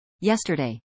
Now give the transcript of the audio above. Yesterday